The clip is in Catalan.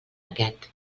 aquest